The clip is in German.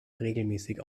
regelmäßig